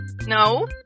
No